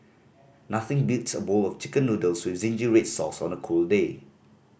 nothing beats a bowl of Chicken Noodles with zingy red sauce on a cold day